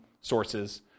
sources